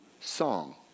song